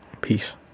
peace